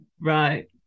right